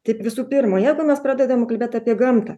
taip visų pirma jeigu mes pradedam kalbėt apie gamtą